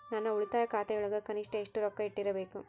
ನನ್ನ ಉಳಿತಾಯ ಖಾತೆಯೊಳಗ ಕನಿಷ್ಟ ಎಷ್ಟು ರೊಕ್ಕ ಇಟ್ಟಿರಬೇಕು?